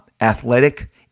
athletic